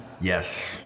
Yes